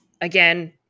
again